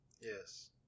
yes